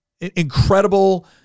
incredible